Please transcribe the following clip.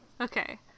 okay